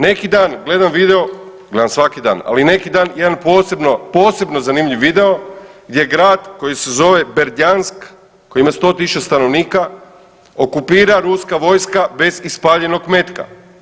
Neki dan gledam video, gledam svaki dan, ali neki dan jedan posebno, posebno zanimljiv video gdje grad koji se zove Berdyansk koji ima 100.000 stanovnika okupira ruska vojska bez ispaljenog metka.